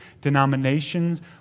denominations